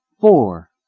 Four